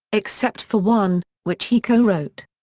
except for one, which he co-wrote.